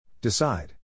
Decide